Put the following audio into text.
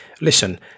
Listen